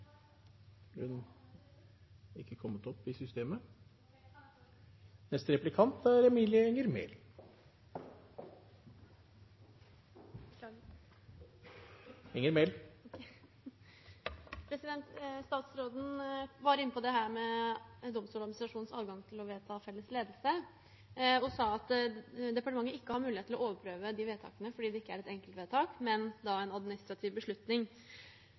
Statsråden var inne på dette med Domstoladministrasjonens adgang til å vedta felles ledelse. Hun sa at departementet ikke har mulighet til å overprøve de vedtakene fordi det ikke er et enkeltvedtak, men en administrativ beslutning.